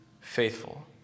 faithful